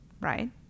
right